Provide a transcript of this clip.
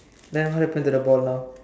then what happened to the ball now